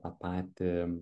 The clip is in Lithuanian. tą patį